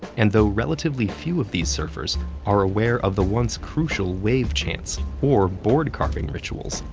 and though relatively few of these surfers are aware of the once-crucial wave chants or board carving rituals,